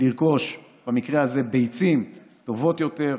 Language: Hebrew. לרכוש במקרה הזה ביצים טובות יותר,